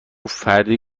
فردی